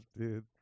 dude